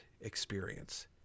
experience